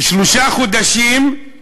שלושה חודשים של